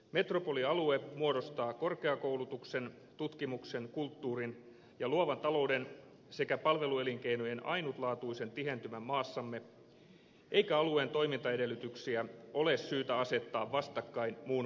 metropolialue muodostaa korkeakoulutuksen tutkimuksen kulttuurin ja luovan talouden sekä palveluelinkeinojen ainutlaatuisen tihentymän maassamme eikä alueen toimintaedellytyksiä ole syytä asettaa vastakkain muun maan kanssa